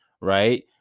right